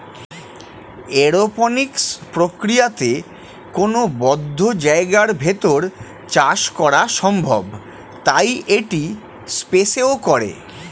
aeroponics প্রক্রিয়াতে কোনো বদ্ধ জায়গার ভেতর চাষ করা সম্ভব তাই এটি স্পেসেও করে